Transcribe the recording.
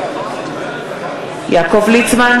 נגד יעקב ליצמן,